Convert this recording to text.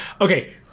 Okay